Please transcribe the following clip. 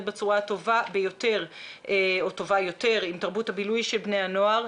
בצורה טובה יותר עם תרבות הבילוי של בני הנוער,